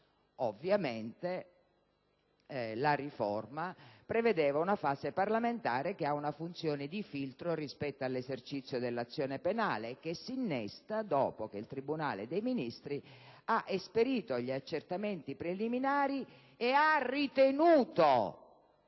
Ovviamente, questa riforma prevedeva una fase parlamentare, che ha una funzione di filtro rispetto all'esercizio dell'azione penale e che si innesta dopo che il tribunale dei ministri ha esperito gli accertamenti preliminari e ha ritenuto